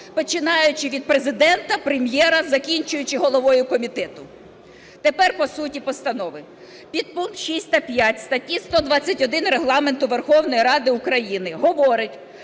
починаючи від Президента, Прем'єра, закінчуючи головою комітету. Тепер по суті постанови. Підпункт 6 та 5 статті 121 Регламенту Верховної Ради України говорить,